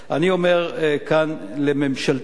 אני אומר כאן לממשלתי,